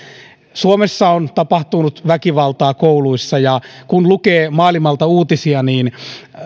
suomessa on tapahtunut väkivaltaa kouluissa ja kun lukee maailmalta uutisia niin